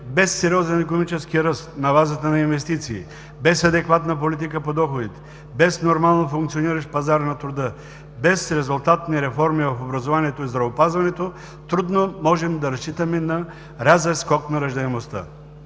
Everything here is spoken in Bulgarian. без сериозен икономически ръст на базата на инвестиции, без адекватна политика по доходите, без нормално функциониращ пазар на труда, без резултатни реформи в образованието и здравеопазването, трудно можем да разчитаме на рязък скок на раждаемостта.